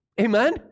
Amen